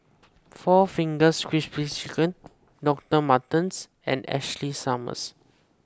four Fingers Crispy Chicken Doctor Martens and Ashley Summers